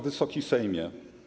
Wysoki Sejmie!